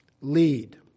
lead